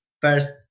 first